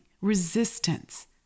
resistance